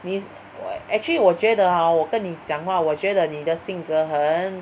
你 actually 我觉得 !huh! 我跟你讲话我觉得你的性格很